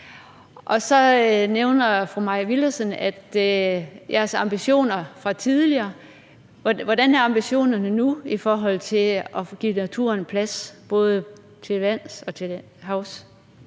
Så nævner fru Mai Villadsen Enhedslistens ambitioner fra tidligere – hvordan er ambitionerne nu i forhold til at få givet naturen plads, både til lands og til havs?